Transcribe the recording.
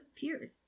pierce